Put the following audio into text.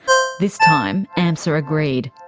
this time, amsa agreed.